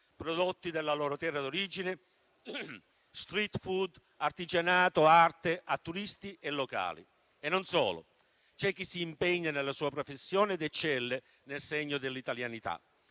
prodotti della loro terra d'origine, *street food*, artigianato e arte a turisti e locali. Non solo: c'è chi si impegna nella sua professione ed eccelle nel segno dell'italianità.